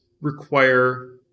require